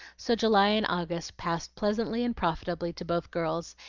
so july and august passed pleasantly and profitably to both girls,